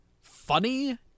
funny